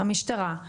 המשטרה,